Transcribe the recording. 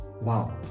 wow